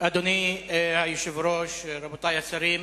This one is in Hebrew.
אדוני היושב-ראש, רבותי השרים,